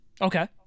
Okay